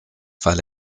weil